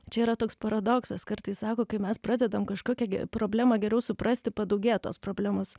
čia yra toks paradoksas kartais sako kai mes pradedam kažkokią ge problemą geriau suprasti padaugėja tos problemos